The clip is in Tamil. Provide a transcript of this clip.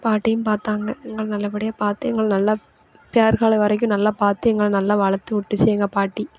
பாட்டியும் பார்த்தாங்க எல்லாம் நல்லபடியாக பார்த்து எங்களை நல்லா பேறு காலம் வரைக்கும் நல்லா பார்த்து எங்களை வளர்த்து விட்டுச்சி எங்கள் பாட்டி